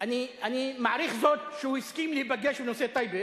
אני מעריך זאת שהוא הסכים להיפגש בנושא טייבה.